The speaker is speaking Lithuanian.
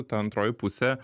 ta antroji pusė